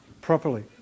properly